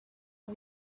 for